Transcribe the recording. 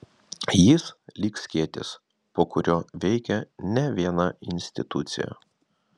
jis lyg skėtis po kuriuo veikia ne viena institucija